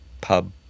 pub